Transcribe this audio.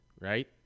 right